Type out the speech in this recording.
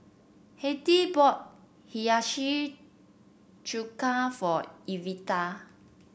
Hattie bought Hiyashi Chuka for Evita